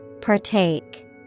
Partake